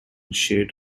shared